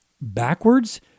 backwards